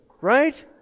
right